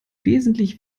wesentlich